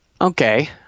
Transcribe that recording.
Okay